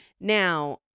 Now